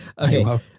Okay